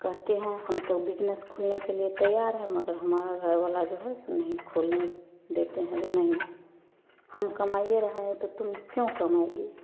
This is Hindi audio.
कहते हैं हम तो बिज़नस खोलने के लिए तैयार है मगर हमारा घर वाला जो है सो नहीं खोलने देते हैं जो नहीं हम कमाईए रहे हैं त तुम क्यों कमाओगी